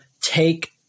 take